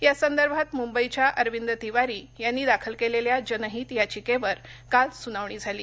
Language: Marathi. या संदर्भात मुंबईच्या अरविंद तिवारी यांनी दाखल केलेल्या जनहित याचिकेवर काल सुनावणी झाली